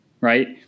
right